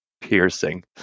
piercing